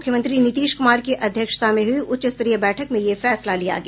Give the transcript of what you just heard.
मुख्यमंत्री नीतीश कुमार की अध्यक्षता में हुयी उच्च स्तरीय बैठक में यह फैसला लिया गया